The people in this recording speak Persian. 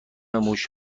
موش